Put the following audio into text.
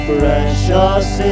Precious